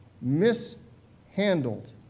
mishandled